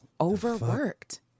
overworked